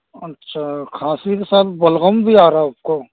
اچھا کھانسی کے ساتھ بلغم بھی آ رہا ہے آپ کو